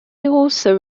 also